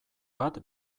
bat